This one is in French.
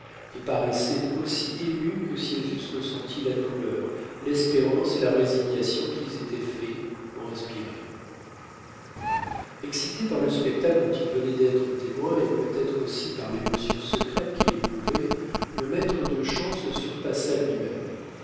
et paraissaient aussi émues que si elles eussent ressenti la douleur l'espérance et la résignation qu'ils étaient faits pour inspirer excité par le spectacle dont il venait d'être témoin et peutêtre aussi par l'émotion secrète qu'il éprouvait le maître de chant se surpassa lui-même